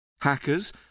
Hackers